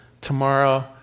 tomorrow